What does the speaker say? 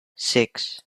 six